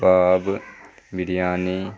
کباب biryani